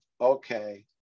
okay